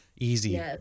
easy